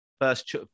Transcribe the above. first